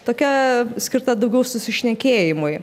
tokia skirta daugiau susišnekėjimui